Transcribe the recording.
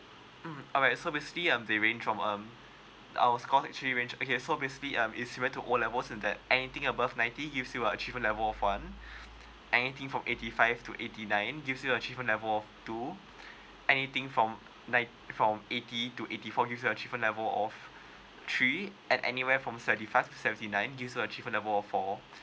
mm alright so basically um they range from um our course actually range okay so basically um is similar to O level and that anything above ninety gives you a achievement level of one anything from eighty five to eighty nine gives you achievement level of two anything from nine from eighty to eighty four give you achievement level of three and anywhere from seventy five to seventy nine give you acievement level of four